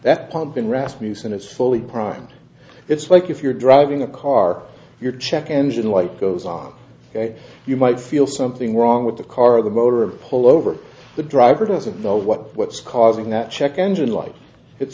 that pumping rasmussen is fully prime it's like if you're driving a car your check engine light goes on you might feel something wrong with the car the motor pull over the driver doesn't know what what's causing that check engine light it's